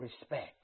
respect